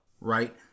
right